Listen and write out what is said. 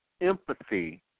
empathy